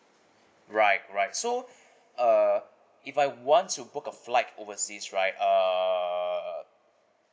right right so uh if I want to book a flight overseas right err